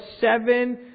seven